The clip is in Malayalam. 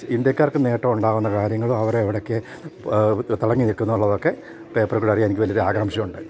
ഇന്ത്യക്കാർക്ക് നേട്ടം ഉണ്ടാവുന്ന കാര്യങ്ങളും അവരെ എവിടേക്ക് തിളങ്ങി നിൽക്കുന്നു എന്നുള്ളതൊക്കെ പേപ്പറിൽ അറിയാൻ എനിക്ക് വലിയ ആകാംഷ ഉണ്ട്